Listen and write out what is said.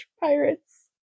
pirates